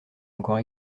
encore